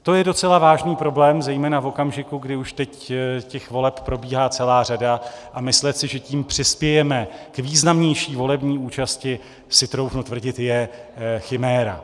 To je docela vážný problém zejména v okamžiku, kdy už teď voleb probíhá celá řada, a myslet si, že tím přispějeme k významnější volební účasti, si troufnu tvrdit, je chiméra.